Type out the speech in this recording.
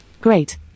Great